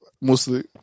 mostly